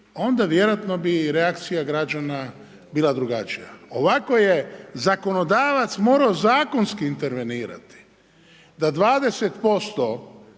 onda vjerojatno bi reakcija građana bila građana, ovako je zakonodavac morao zakonski intervenirati, da 20%